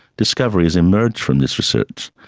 discovery has emerged from this research,